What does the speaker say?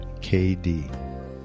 KD